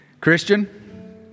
Christian